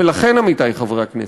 ולכן, עמיתי חברי הכנסת,